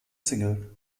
single